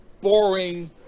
boring